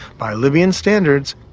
by libyan standards,